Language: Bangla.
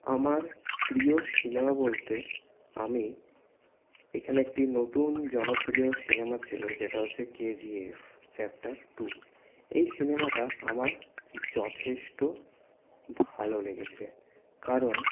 আমার প্রিয় সিনেমা বলতে আমি এখানে একটি নতুন জনপ্রিয় সিনেমা ছিল যেটা হচ্ছে কেজিএফ চ্যাপ্টার টু এই সিনেমাটা আমার যথেষ্ট ভালো লেগেছে কারণ